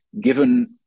given